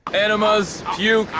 enemas, puke,